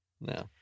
No